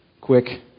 quick